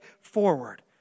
forward